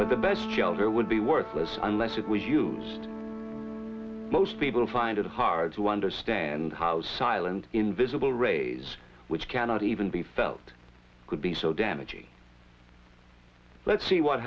but the best shelter would be worthless unless it was used most people find it hard to understand how silent invisible rays which cannot even be felt could be so damaging let's see what